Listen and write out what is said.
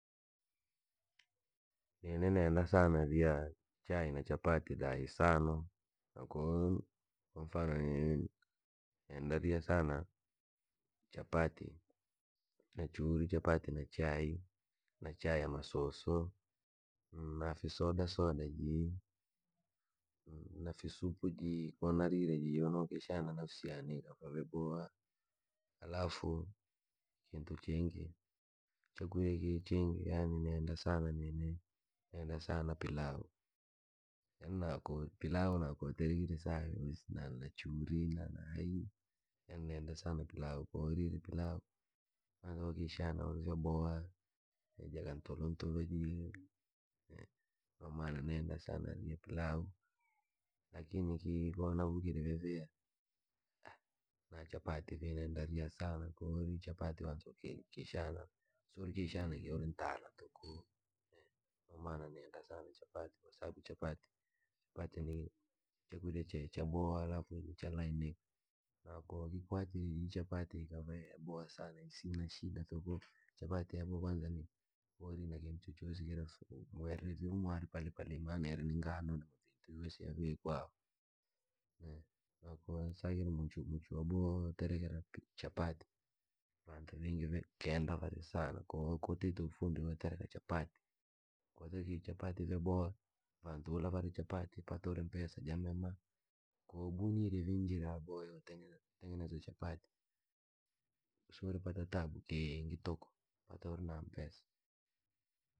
Nini neenda sana riya chai na chapati da isano ako kwa mfano riya sana chapati na chai na chai ya masusu, na visodasoda jii na fisupu jii ko narire jio nokishana nafsi yaane ikava vyaboha. Halafu kintu chiingi chakurya kii chiingi, yaani nenda sana nini nenda sana pilau yani na ko waterekire pilau na nachuri, nenda sana pilau. korire pilau kishana uri vyaboha ja ka ntulontulo ji, no mana nenda sana urya pilau. Lakini kii ko navukire vyaviha ba chapati vii neenda riya sana si urikishana viri ntaala tuuku no mana nenda sana chapati. Kwasababu chapati ni chakurya che chaboha, halafu chalaikia na ko waikwatire chapati isima shida tunka chapati kwanza koo warire na kintu chochosi vii, mwene uri palepale vii kwasababu yatengenezwa na ngano yoosi yavikwa cho ko wasakire muchu waboha woo tengeneza chapati vaantu keenda vari sana kwamfano watite ufundi woo tereke chapati jaboha vantu ula vari chapati pata uri mpesa jamema ko wabunirye vii njira yaboha yootengeneza chapati si uripata tabu kiingi kii tuku atori na mpesa.